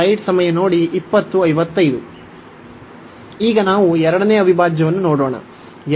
ಈಗ ನಾವು ಎರಡನೇ ಅವಿಭಾಜ್ಯವನ್ನು ನೋಡೋಣ